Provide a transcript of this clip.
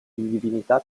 divinità